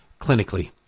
clinically